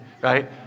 right